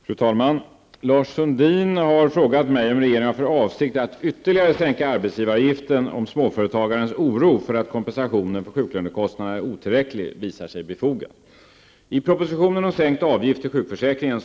Fru talman! Lars Sundin har frågat mig om regeringen har för avsikt att ytterligare sänka arbetsavgivaravgiften om småföretagarnas oro för att kompensationen för sjuklönekostnaderna är tillräcklig visar sig befogad. Denna princip gäller fortfarande.